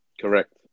Correct